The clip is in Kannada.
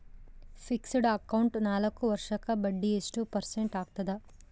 ಫಿಕ್ಸೆಡ್ ಅಕೌಂಟ್ ನಾಲ್ಕು ವರ್ಷಕ್ಕ ಬಡ್ಡಿ ಎಷ್ಟು ಪರ್ಸೆಂಟ್ ಆಗ್ತದ?